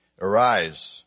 Arise